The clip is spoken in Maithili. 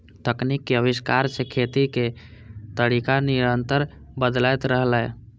तकनीक के आविष्कार सं खेती के तरीका निरंतर बदलैत रहलैए